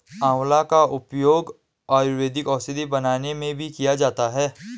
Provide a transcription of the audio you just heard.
आंवला का उपयोग आयुर्वेदिक औषधि बनाने में भी किया जाता है